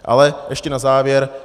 Ale ještě na závěr.